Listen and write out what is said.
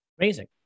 Amazing